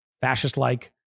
fascist-like